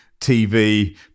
TV